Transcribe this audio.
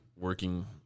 working